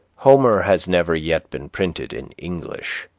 homer has never yet been printed in english,